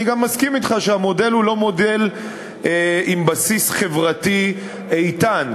אני גם מסכים אתך שהמודל הוא לא מודל עם בסיס חברתי איתן,